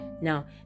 now